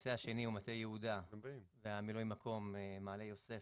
הכיסא השני הוא מטה יהודה וממלאי המקום הם: מעלה יוסף,